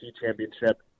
championship